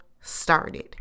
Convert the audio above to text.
started